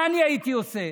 מה אני הייתי עושה?